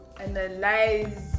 analyze